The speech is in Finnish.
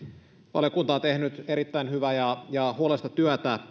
valiokunta on tehnyt erittäin hyvää ja huolellista työtä